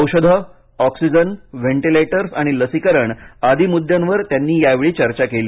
औषधे oxygen ventilators आणि लसीकरण आदी मुद्द्यांवर त्यांनी यावेळी चर्चा केली